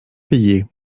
payées